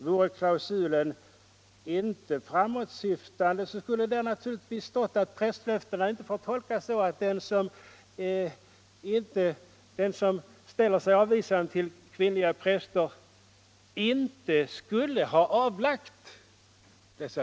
Vore klausulen inte framåtsyftande, så skulle det natur ligtvis ha stått att prästlöftena inte får tolkas så att den som ställer sig avvisande till kvinnliga präster inte ”skulle avlagt dem”.